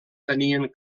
tenien